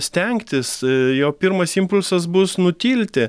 stengtis jo pirmas impulsas bus nutilti